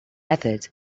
methods